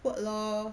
work lor